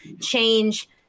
change